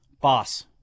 Boss